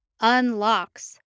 unlocks